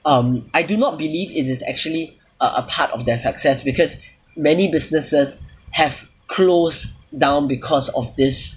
um I do not believe it is actually a part of their success because many businesses have close down because of this